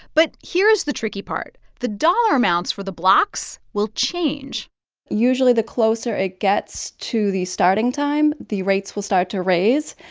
but here is the tricky part. the dollar amounts for the blocks will change usually, the closer it gets to the starting time, the rates will start to raise.